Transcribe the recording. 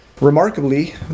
remarkably